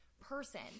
person